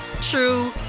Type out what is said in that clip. true